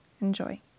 Enjoy